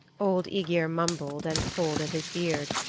old aegir mumbled and pulled at his beard.